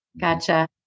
gotcha